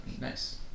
Nice